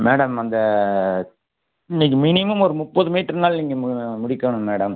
madam அந்த இன்னைக்கி minimum ஒரு முப்பது மீட்ருன்னாலும் நீங்கள் முடிக்கணும் மேடம்